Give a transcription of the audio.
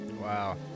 Wow